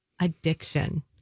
addiction